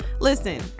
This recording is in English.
listen